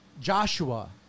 Joshua